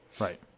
right